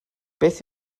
beth